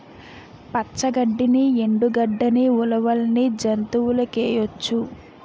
పచ్చ గడ్డిని ఎండు గడ్డని ఉలవల్ని జంతువులకేయొచ్చు